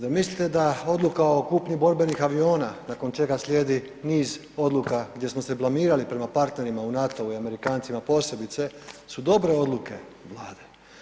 Zar mislite da odluka o kupnji borbenih aviona nakon čega slijedi niz odluka gdje smo se blamirali prema partnerima u NATO-u i Amerikancima posebice su dobre odluke Vlade?